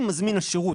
אם מזמין השירות,